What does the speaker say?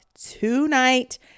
tonight